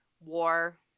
war